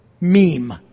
meme